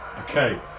Okay